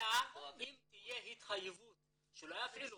אלא אם תהיה התחייבות שלא יפעילו